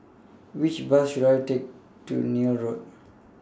Which Bus should I Take to Neil Road